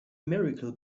miracle